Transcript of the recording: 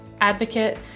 advocate